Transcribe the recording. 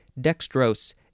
dextrose